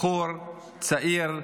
בחור צעיר,